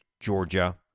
Georgia